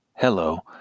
Hello